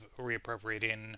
reappropriating